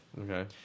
Okay